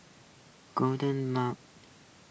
golden mom